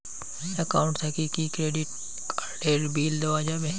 Account থাকি কি credit card এর বিল দেওয়া যাবে?